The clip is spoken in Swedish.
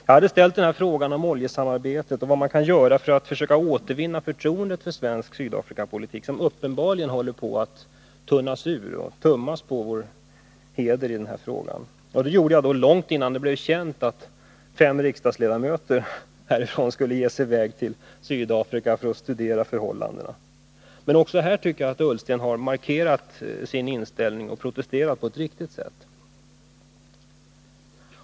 Jag har i interpellationen tagit upp oljesamarbetet och ställt frågan, vad man kan göra för att försöka återvinna förtroendet för svensk Sydafrikapolitik, som uppenbarligen håller på att tunnas ut— det tummas på vår heder när det gäller den här frågan. Jag ställde den frågan långt innan det blev känt att fem riksdagsledamöter skulle ge sig i väg till Sydafrika för att studera förhållandena där. Men också i det avseendet tycker jag att Ola Ullsten har markerat sin inställning och att han har protesterat på ett riktigt sätt.